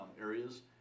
areas